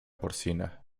porcina